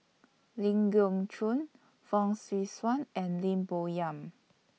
Ling Geok Choon Fong Swee Suan and Lim Bo Yam